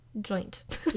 joint